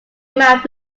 map